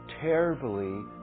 terribly